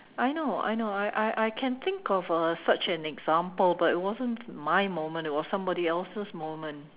I know I know I I I can think of uh such an example but it wasn't my moment it was somebody else's moment